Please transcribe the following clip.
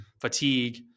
fatigue